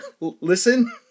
listen